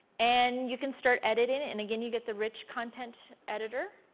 and you can start editing it and again you get the rich content editor,